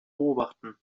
beobachten